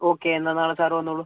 okay എന്നാൽ നാളെ sir വന്നോളൂ